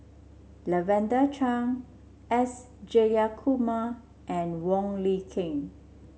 Lavender Chang S Jayakumar and Wong Lin Ken